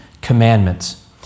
commandments